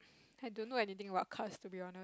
I don't know anything about cars to be honest